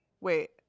Wait